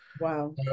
Wow